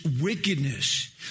wickedness